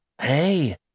Hey